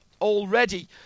already